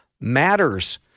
Matters